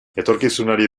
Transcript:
etorkizunari